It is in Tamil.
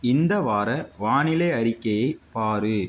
இந்த வார வானிலை அறிக்கையை பார்